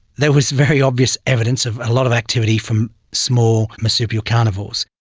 there was very obvious evidence of a lot of activity from small marsupial carnivores.